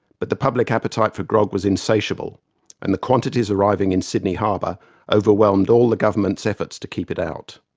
but the public appetite for grog was insatiable and the quantities arriving in sydney harbour overwhelmed all the government's efforts to keep it out.